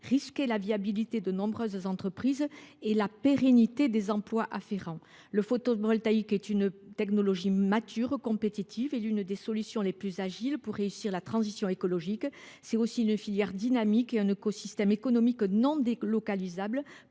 la viabilité de nombreuses entreprises et la pérennité des emplois y afférents. Le photovoltaïque est une technologie mature, compétitive ; il constitue l’une des solutions les plus agiles pour réussir la transition écologique. C’est aussi une filière dynamique qui emporte l’implantation dans